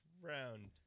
round